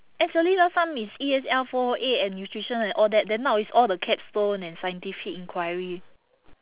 actually last time is E_S_L four O eight and nutrition and all that then now it's all the capstone and scientific inquiry